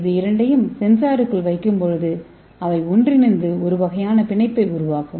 இந்த இரண்டையும் சென்சாருக்குள் வைக்கும்போது அவை ஒன்றிணைந்து ஒரு வகையான பிணைப்பை உருவாக்கும்